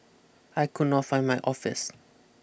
I could not find my office